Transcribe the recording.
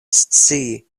scii